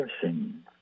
person